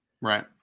right